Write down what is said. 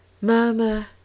Murmur